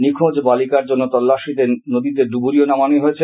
নিখোঁজ বালিকার জন্য তল্লাশিতে নদীতে ডুবুরিও নামানো হয়েছে